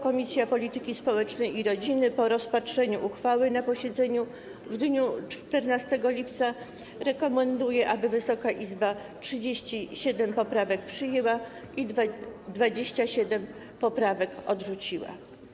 Komisja Polityki Społecznej i Rodziny po rozpatrzeniu uchwały na posiedzeniu w dniu 14 lipca rekomenduje, aby Wysoka Izba 37 poprawek przyjęła i 27 poprawek odrzuciła.